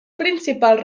principals